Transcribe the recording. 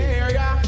area